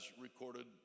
recorded